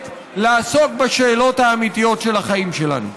לעסוק בשאלות האמיתיות של החיים שלנו.